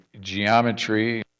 geometry